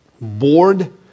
bored